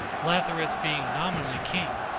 lathyrus being nominally king,